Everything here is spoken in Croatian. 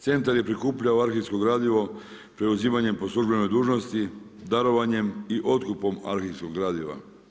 Centar je prikupljao arhivsku gradivo preuzimanjem po službenoj dužnosti darovanjem i otkupom arhivskog gradiva.